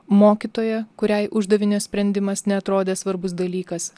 mokytoja kuriai uždavinio sprendimas neatrodė svarbus dalykas